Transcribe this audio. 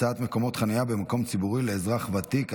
הקצאת מקומות חניה במקום ציבורי לאזרח ותיק),